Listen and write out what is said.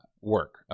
work